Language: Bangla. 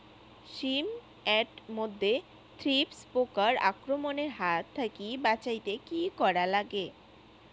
শিম এট মধ্যে থ্রিপ্স পোকার আক্রমণের হাত থাকি বাঁচাইতে কি করা লাগে?